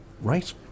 Right